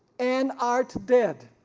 and art dead.